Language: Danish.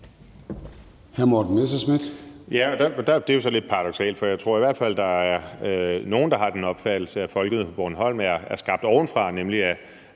Morten Messerschmidt (DF): Det er jo så lidt paradoksalt, for jeg tror i hvert fald, der er nogle, der har den opfattelse, at Folkemødet på Bornholm er skabt ovenfra, nemlig af